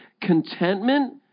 contentment